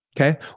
Okay